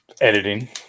editing